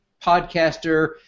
podcaster